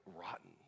rotten